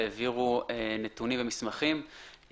העבירו נתונם ומסמכים.